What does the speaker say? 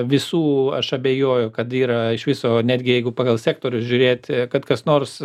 visų aš abejoju kad yra iš viso netgi jeigu pagal sektorius žiūrėti kad kas nors